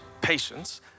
patience